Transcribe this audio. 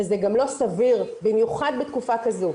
וזה גם סביר במיוחד בתקופה כזו,